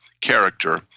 character